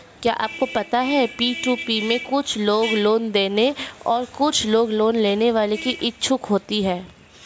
क्या आपको पता है पी.टू.पी में कुछ लोग लोन देने और कुछ लोग लोन लेने के इच्छुक होते हैं?